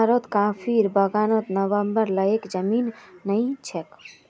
बिहारत कॉफीर बागान बनव्वार लयैक जमीन नइ छोक